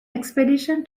expedition